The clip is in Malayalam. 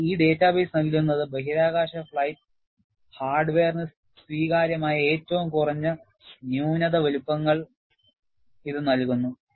എന്നാൽ ഈ ഡാറ്റാബേസ് നൽകുന്നത് ബഹിരാകാശ ഫ്ലൈറ്റ് ഹാർഡ്വെയറിന് സ്വീകാര്യമായ ഏറ്റവും കുറഞ്ഞ ന്യൂനത വലുപ്പങ്ങൾ ഇത് നൽകുന്നു